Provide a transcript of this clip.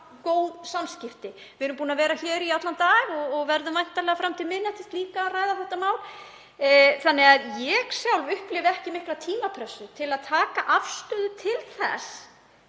góð samskipti. Við erum búin að vera hér í allan dag og verðum væntanlega fram til miðnættis að ræða þetta mál. Ég upplifi sjálf ekki mikla tímapressu til að taka afstöðu til þess